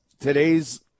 today's